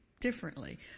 differently